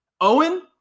Owen